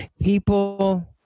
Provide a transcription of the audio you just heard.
people